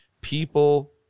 people